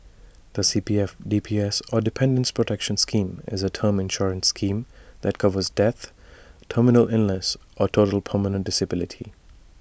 the C P F D P S or Dependants' protection scheme is A term insurance scheme that covers death terminal illness or total permanent disability